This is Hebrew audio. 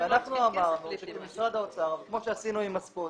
אנחנו אמרנו שמשרד האוצר, כמו שעשינו עם הסקוטי,